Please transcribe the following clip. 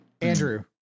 Andrew